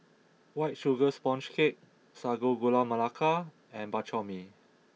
White Sugar Sponge Cake Sago Gula Melaka and Bak Chor Mee